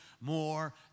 more